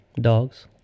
Dogs